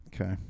Okay